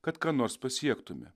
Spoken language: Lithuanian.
kad ką nors pasiektume